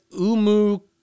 Umu